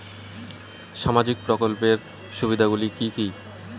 সামাজিক প্রকল্পের সুবিধাগুলি কি কি?